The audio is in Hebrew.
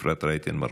אפרת רייטן מרום.